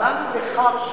מאן דכר שמיה.